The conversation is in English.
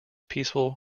peaceful